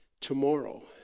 tomorrow